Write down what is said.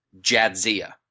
Jadzia